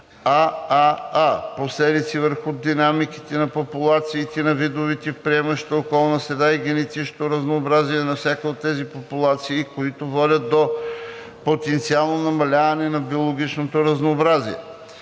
ааа) последици върху динамиките на популациите на видовете в приемащата околна среда и генетичното разнообразие на всяка от тези популации, които водят до потенциално намаляване на биологичното разнообразие;